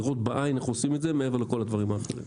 לראות בעין איך עושים את זה מעבר לכל הדברים האחרים.